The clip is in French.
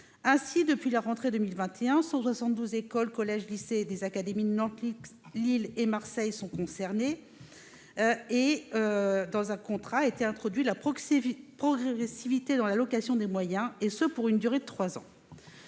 Ainsi, depuis la rentrée 2021, 172 écoles, collèges et lycées des académies de Nantes, Lille et Marseille sont concernés et un contrat a introduit la progressivité dans l'allocation des moyens, et ce pour une durée de trois ans.